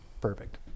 perfect